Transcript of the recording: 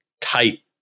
tight